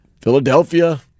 Philadelphia